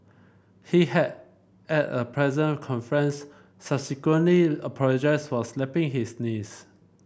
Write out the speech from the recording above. he had at a press conference subsequently apologised for slapping his niece